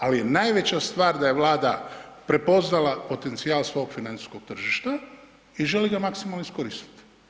Ali je najveća stvar da je Vlada prepoznala potencijal svog financijskog tržišta i želi ga maksimalno iskoristit.